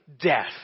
death